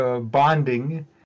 bonding